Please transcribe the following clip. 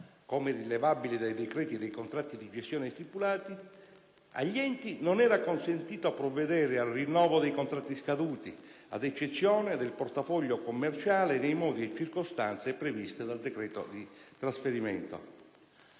come rilevabile dai decreti e dai contratti di gestione stipulati, agli enti non era consentito provvedere al rinnovo dei contratti scaduti, ad eccezione del portafoglio commerciale, nei modi e nelle circostanze previste dal decreto di trasferimento.